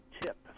tip